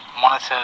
monitor